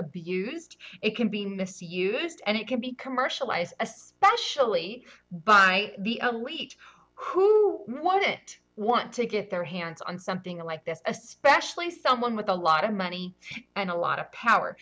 abused it can be misused and it can be commercialized especially by the weak who want it want to get their hands on something like this especially someone with a lot of money and a lot of power